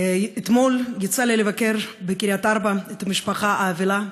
אתמול יצא לי לבקר בקריית-ארבע את המשפחה האבלה,